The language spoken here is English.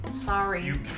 Sorry